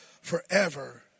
forever